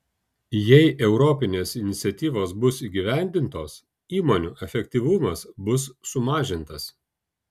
jei europinės iniciatyvos bus įgyvendintos įmonių efektyvumas bus sumažintas